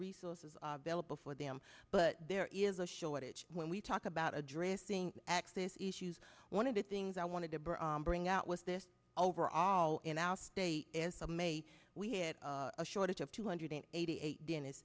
resources available for them but there is a shortage when we talk about addressing this issues one of the things i wanted to bring out was this over all in our state estimate we had a shortage of two hundred eighty eight dennis